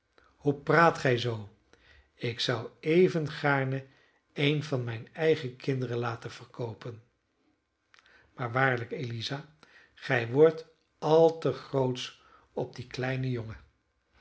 hoe praat gij zoo ik zou even gaarne een van mijne eigene kinderen laten verkoopen maar waarlijk eliza gij wordt al te grootsch op dien kleinen jongen